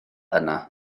yna